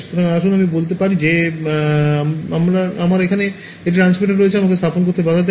সুতরাং আসুন আমি বলতে পারি যে আমার এখানে একটি ট্রান্সমিটার রয়েছে যা আমাকে স্থাপন থেকে বাধা দেয়